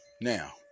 Now